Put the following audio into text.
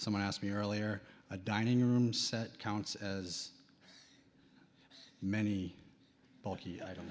someone asked me earlier a dining room set counts as many bulky item